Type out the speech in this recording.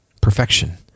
Perfection